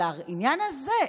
על העניין הזה,